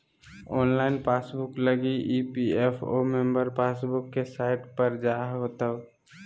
online passbook लगी EPFO member passbook के site पर जाय होतो